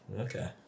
Okay